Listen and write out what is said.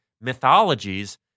mythologies